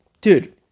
dude